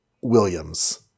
Williams